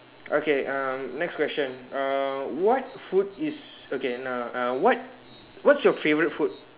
okay um next question uh what food is okay no no what what's your favourite food